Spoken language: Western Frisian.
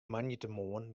moandeitemoarn